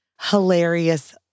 hilarious